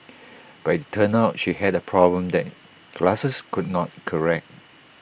but IT turned out she had A problem that glasses could not correct